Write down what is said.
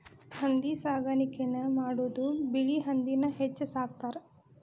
ಹಂದಿ ಸಾಕಾಣಿಕೆನ ಮಾಡುದು ಬಿಳಿ ಹಂದಿನ ಹೆಚ್ಚ ಸಾಕತಾರ